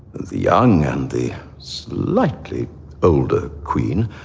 the young and the slightly older queen,